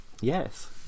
yes